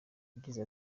yagize